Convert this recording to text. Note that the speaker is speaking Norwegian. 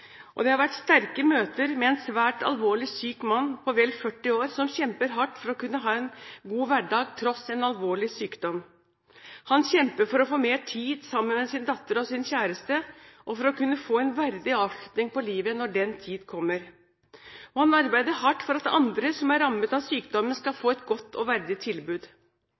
Stortinget. Det har vært sterke møter med en svært alvorlig syk mann på vel 40 år som kjemper hardt for å kunne ha en god hverdag tross en alvorlig sykdom. Han kjemper for å få mer tid sammen med sin datter og sin kjæreste og for å kunne få en verdig avslutning av livet når den tid kommer. Og han arbeider hardt for at andre som er rammet av sykdommen, skal få et godt og verdig tilbud.